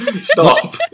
Stop